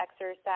exercise